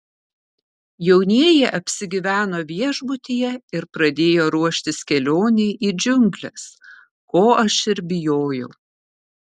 jaunieji apsigyveno viešbutyje ir pradėjo ruoštis kelionei į džiungles ko aš ir bijojau